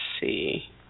see